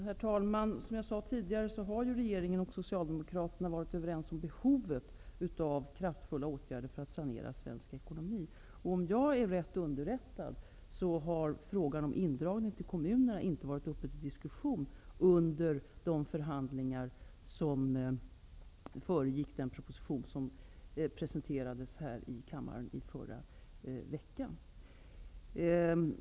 Herr talman! Som jag sade tidigare har regeringen och Socialdemokraterna varit överens om behovet av kraftfulla åtgärder för att sanera svensk ekonomi. Om jag är rätt underrättad har frågan om indragning till kommunerna inte varit uppe till diskussion under de förhandlingar som föregick den proposition som presenterades i kammaren i förra veckan.